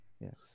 Yes